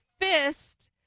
fist